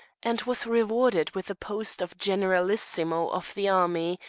and was rewarded with the post of generalissimo of the army,